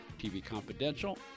tvconfidential